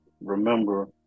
remember